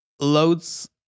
loads